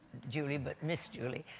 julie, but miss julie.